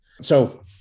So-